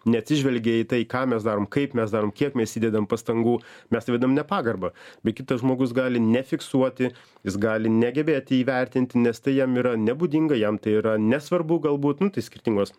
neatsižvelgia į tai ką mes darom kaip mes darom kiek mes įdedam pastangų mes įvedam nepagarbą bei kitas žmogus gali nefiksuoti jis gali negebėti įvertinti nes tai jam yra nebūdinga jam tai yra nesvarbu galbūt nu tai skirtingos